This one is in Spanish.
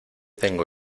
tengo